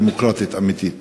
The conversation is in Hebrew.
דמוקרטית אמיתית,